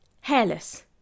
hairless